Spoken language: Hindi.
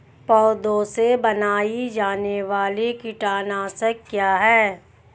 पौधों से बनाई जाने वाली कीटनाशक क्या है?